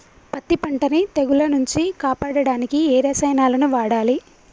పత్తి పంటని తెగుల నుంచి కాపాడడానికి ఏ రసాయనాలను వాడాలి?